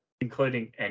including